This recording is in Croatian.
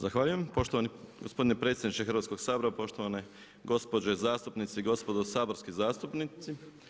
Zahvaljujem, poštovani gospodine predsjedniče Hrvatskoga sabora, poštovane gospođe zastupnici i gospodo saborski zastupnici.